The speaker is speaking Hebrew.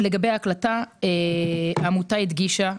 אבל כרגע אנחנו נמצאים